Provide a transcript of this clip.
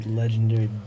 legendary